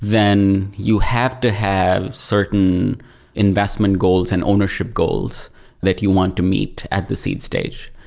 then you have to have certain investment goals and ownership goals that you want to meet at the seed stage.